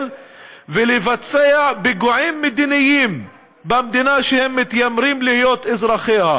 ולבצע פיגועים מדיניים במדינה שהם מתיימרים להיות אזרחיה.